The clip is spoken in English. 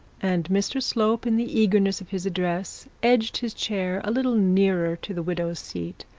and mr slope, in the eagerness of his address, edged his chair a little nearer to the widow's seat,